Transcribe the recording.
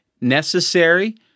necessary